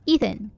Ethan